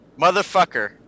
Motherfucker